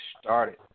started